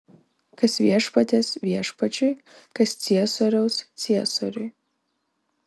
kas viešpaties viešpačiui kas ciesoriaus ciesoriui